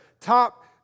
top